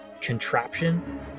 contraption